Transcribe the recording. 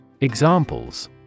Examples